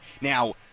now